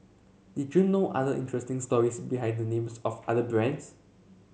did you know other interesting stories behind the names of other brands